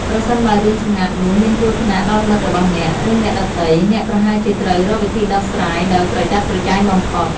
ប្រសិនបើរឿងសម្ងាត់នោះមានគ្រោះថ្នាក់ដល់មិត្តរបស់អ្នក ឬអ្នកដទៃ អ្នកប្រហែលជាត្រូវរកវិធីដោះស្រាយដោយប្រយ័ត្នប្រយែងបំផុត។